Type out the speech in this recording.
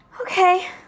Okay